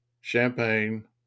champagne